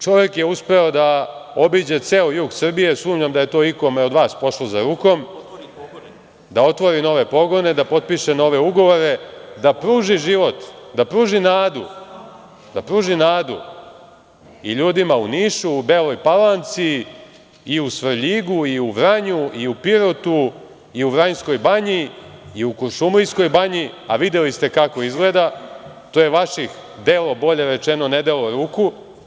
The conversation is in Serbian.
Čovek je uspeo da obiđe ceo jug Srbije, sumnjam da je ikome od vas pošlo za rukom, da otvori nove pogone, da potpiše nove ugovore, da pruži život, da pruži nadu, i ljudima u Nišu, u Beloj Palanci i u Svrljigu i u Vranju i u Pirotu i Vranjskoj Banji i u Kuršumlijskoj Banji, a videli ste kako izgleda, to je vaših delo, bolje rečeno nedelo, ruku.